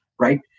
right